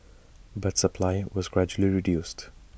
but supply was gradually reduced